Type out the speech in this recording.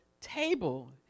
table